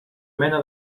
mena